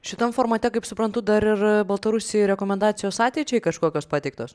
šitam formate kaip suprantu dar ir baltarusijai rekomendacijos ateičiai kažkokios pateiktos